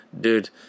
dude